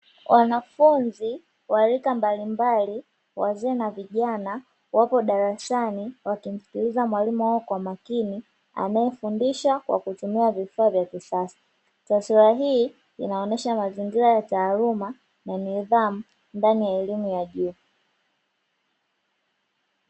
Wanafunzi wa rika mbalimbali wazee na vijana wapo darasani wakimskiliza mwalimu wao kwa makini, anayefundisha kwa kutumia vifaa vya kisasa, taswira hii inaonyesha mazingira ya taaluma na nidhamu ndani ya elimu ya juu.